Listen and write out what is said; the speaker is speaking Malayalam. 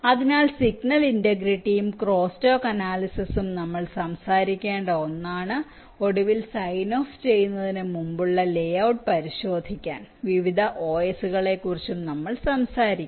അതിനാൽ സിഗ്നൽ ഇന്റെഗ്രിറ്റിയും ക്രോസ്റ്റാക്ക് അനാലിസിസും നമ്മൾ സംസാരിക്കേണ്ട ഒന്നാണ് ഒടുവിൽ സൈൻ ഓഫ് ചെയ്യുന്നതിന് മുമ്പ് ലേഔട്ട് പരിശോധിക്കാൻ വിവിധ OS കളെക്കുറിച്ചും നമ്മൾ സംസാരിക്കും